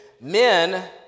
Men